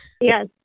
Yes